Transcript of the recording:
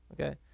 Okay